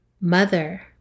mother